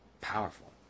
Powerful